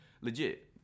legit